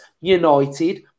United